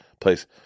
place